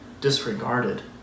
disregarded